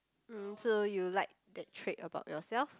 mm so you like that trait about yourself